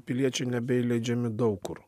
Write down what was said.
piliečiai nebeįleidžiami daug kur